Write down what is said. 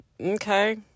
Okay